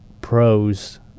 pros